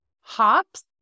Hops